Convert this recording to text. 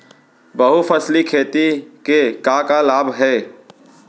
बहुफसली खेती के का का लाभ हे?